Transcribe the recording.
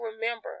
remember